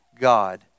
God